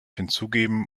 hinzugeben